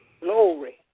Glory